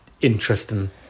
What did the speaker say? interesting